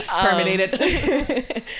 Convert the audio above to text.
terminated